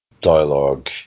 dialogue